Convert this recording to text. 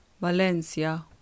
Valencia